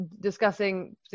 discussing